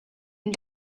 and